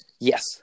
Yes